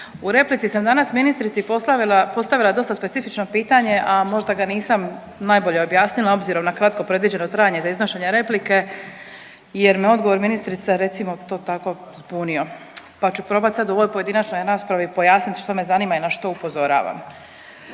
U replici sam danas ministrici postavila, postavila dosta specifično pitanje, a možda ga nisam najbolje objasnila obzirom na kratko predviđeno trajanje za iznošenje replike jer me odgovor ministrice recimo to tako zbunio, pa ću probat sad u ovoj pojedinačnoj raspravi pojasnit što me zanima i na što upozoravam.